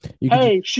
hey